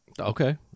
Okay